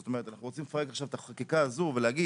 זאת אומרת אנחנו רוצים לפרק עכשיו את החקיקה הזאת ולהגיד,